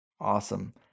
Awesome